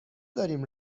داریم